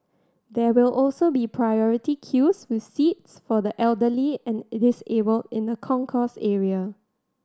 there will also be priority queues with seats for the elderly and disabled in the concourse area